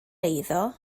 eiddo